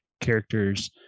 characters